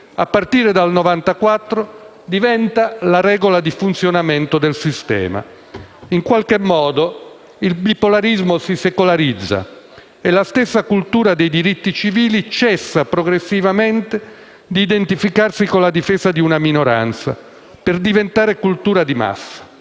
a partire dal 1994 diventa la regola di funzionamento del sistema. In qualche modo, il bipolarismo si secolarizza. E la stessa cultura dei diritti civili cessa progressivamente di identificarsi con la difesa di una minoranza per diventare cultura di massa.